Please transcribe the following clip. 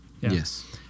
Yes